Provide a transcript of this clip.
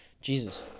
Jesus